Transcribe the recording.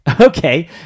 okay